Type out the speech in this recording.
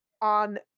on